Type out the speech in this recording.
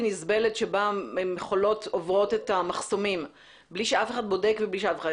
נסבלת בה מכולות עוברות את המחסומים בלי שאף אחד בודק אותן.